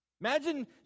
Imagine